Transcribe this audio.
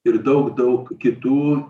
ir daug daug kitų